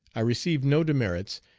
i received no demerits,